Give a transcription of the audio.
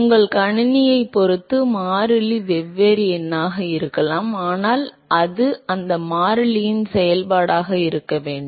உங்கள் கணினியைப் பொறுத்து மாறிலி வெவ்வேறு எண்ணாக இருக்கலாம் ஆனால் அது அந்த மாறிலியின் செயல்பாடாக இருக்க வேண்டும்